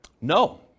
No